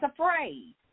afraid